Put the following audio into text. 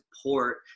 support